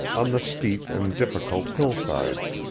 on the steep and difficult hillsides.